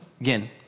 again